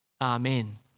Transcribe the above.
Amen